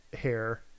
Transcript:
hair